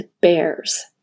bears